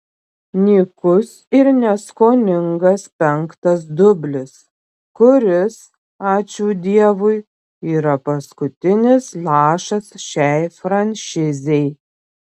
nykus ir neskoningas penktas dublis kuris ačiū dievui yra paskutinis lašas šiai franšizei